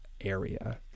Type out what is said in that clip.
area